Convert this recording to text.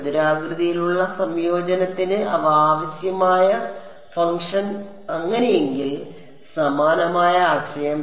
ചതുരാകൃതിയിലുള്ള സംയോജനത്തിന് അവ ആവശ്യമായ ഫംഗ്ഷൻ അങ്ങനെയെങ്കിൽ സമാനമായ ആശയം